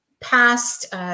past